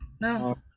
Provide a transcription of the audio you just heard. no